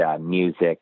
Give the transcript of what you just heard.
music